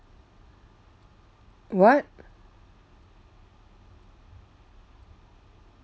what